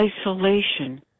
isolation